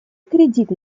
кредиты